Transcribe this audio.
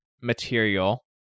material